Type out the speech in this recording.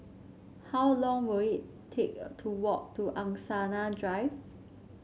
how long will it take to walk to Angsana Drive